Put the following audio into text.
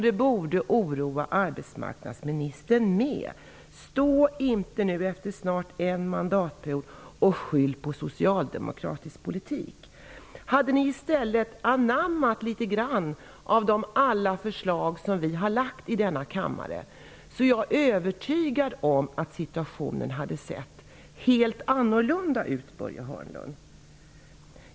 Det borde oroa arbetsmarknadsministern också. Skyll inte efter snart en mandatperiod på socialdemokratisk politik! Hade ni i stället anammat litet grand av alla de förslag som vi har lagt fram i denna kammare är jag övertygad om att situationen hade sett helt annorlunda ut, Börje Hörnlund.